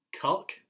cock